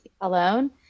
alone